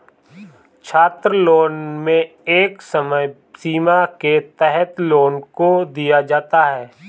छात्रलोन में एक समय सीमा के तहत लोन को दिया जाता है